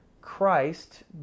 Christ